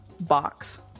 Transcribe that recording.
box